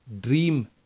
dream